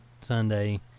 Sunday